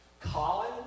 Colin